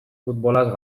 futbolaz